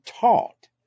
taught